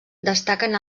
destaquen